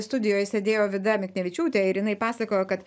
studijoj sėdėjo vida miknevičiūtė ir jinai pasakojo kad